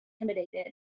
intimidated